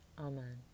Amen